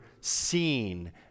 seen